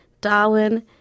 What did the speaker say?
Darwin